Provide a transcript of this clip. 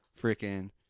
freaking